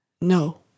No